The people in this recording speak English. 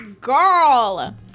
Girl